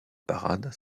parade